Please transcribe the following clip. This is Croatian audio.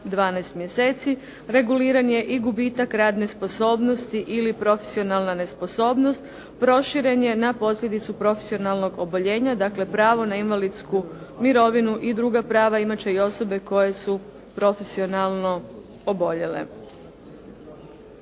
12 mjeseci, reguliranje i gubitak radne sposobnosti ili profesionalna nesposobnost proširen je na posljedicu profesionalnog oboljenja, dakle pravo na invalidsku mirovinu i druga prava imat će i osobe koje su profesionalno oboljele.